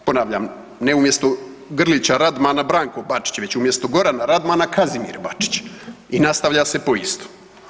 Ponavljam ne umjesto Grlića Radmana Branko Bačić, već umjesto Gorana Radmana Kazimir Bačić i nastavlja se po istom.